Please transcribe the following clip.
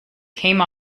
came